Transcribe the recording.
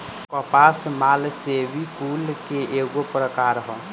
कपास मालवेसी कुल के एगो प्रकार ह